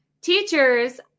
teachers